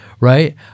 Right